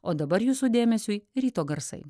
o dabar jūsų dėmesiui ryto garsai